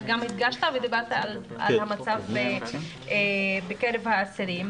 אתה גם הדגשת ודיברת על המצב בקרב האסירים.